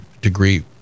degree